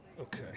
Okay